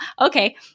okay